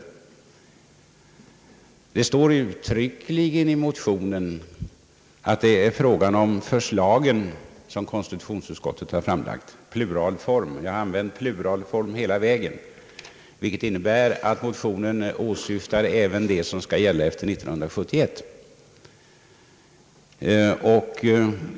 I motionen står uttryckligen att det är fråga om förslagen som konstitutionsutskottet har framlagt. Jag använder hela tiden pluralform, vilket innebär att motionen åsyftar även det som skall gälla efter 1970.